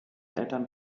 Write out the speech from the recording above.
eltern